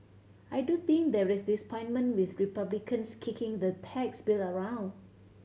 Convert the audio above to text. I do think there is disappointment with Republicans kicking the tax bill around